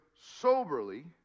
soberly